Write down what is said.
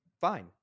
fine